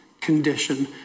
condition